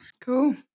Cool